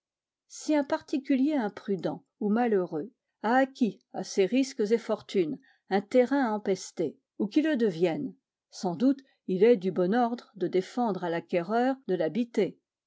si un particulier imprudent ou malheureux a acquis à ses risques et fortunes un terrain empesté ou qui le devienne sans doute il est du bon ordre de défendre à l'acquéreur de l'habiter